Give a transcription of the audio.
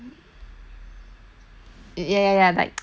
ya ya ya like there's like hmm